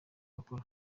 bakora